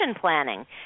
planning